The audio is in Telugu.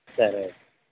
సరే అండి